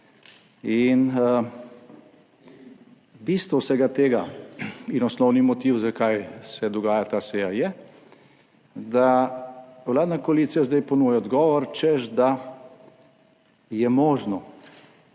In bistvo vsega tega in osnovni motiv zakaj se dogaja ta seja je, da vladna koalicija zdaj ponuja odgovor, češ, da je možno,